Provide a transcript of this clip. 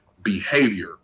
behavior